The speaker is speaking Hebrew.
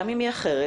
גם אם היא אחרת,